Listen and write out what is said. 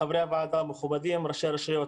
חברי הוועדה המכובדים, ראשי הרשויות,